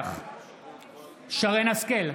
שרן מרים השכל,